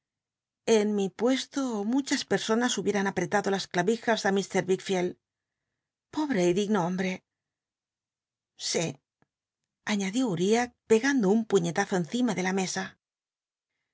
n mi puesto muchas personas hubicmn aprctado las clavijas li mr wickficld pobre digno hombre sí aiíadió uriah pegando un puiíetazo encima de la mesa